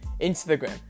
Instagram